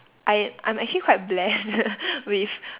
I I'm actually quite blessed with